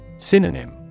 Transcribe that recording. Synonym